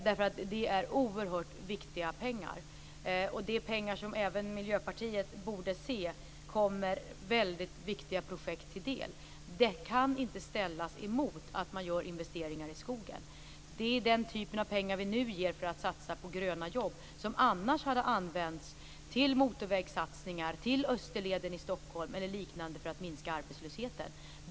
Det är oerhört viktiga pengar, som man även från Miljöpartiet borde se kommer väldigt viktiga projekt till del. Det kan inte ställas emot att man gör investeringar i skogen. Det är fråga om den typ av pengar som vi nu ger för att satsa på gröna jobb, som annars hade använts till motorvägssatsningar, till Österleden i Stockholm eller liknande satsningar för att minska arbetslösheten.